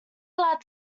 allowed